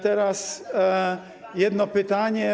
Teraz jedno pytanie.